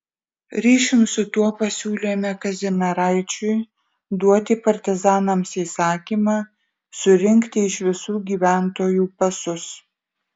ryšium su tuo pasiūlėme kazimieraičiui duoti partizanams įsakymą surinkti iš visų gyventojų pasus